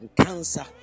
Cancer